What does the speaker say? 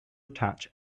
attach